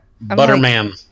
Butterman